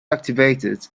activated